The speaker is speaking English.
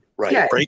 Right